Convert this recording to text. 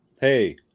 Hey